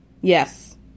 Yes